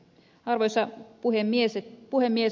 arvoisa puhemies